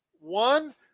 one